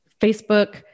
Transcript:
Facebook